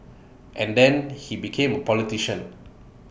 and then he became politician